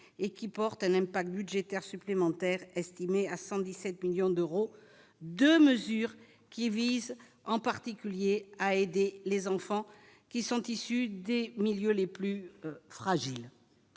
et qui porte un impact budgétaire supplémentaire estimée à 117 millions d'euros, 2 mesures qui visent en particulier à aider les enfants qui sont issus des milieux les plus fragiles,